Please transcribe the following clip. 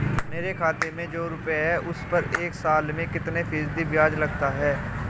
मेरे खाते में जो रुपये हैं उस पर एक साल में कितना फ़ीसदी ब्याज लगता है?